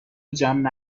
جمع